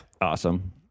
Awesome